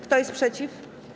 Kto jest przeciw?